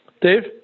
Dave